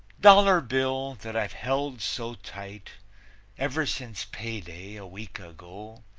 dollar bill, that i've held so tight ever since payday, a week ago,